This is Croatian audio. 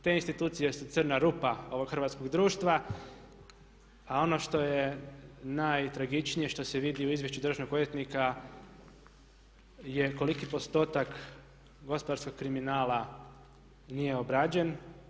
Te institucije su crna rupa ovog hrvatskog društva a ono što je najtragičnije, što se vidi u izvješću državnog odvjetnika je koliki postotak gospodarskog kriminala nije obrađen.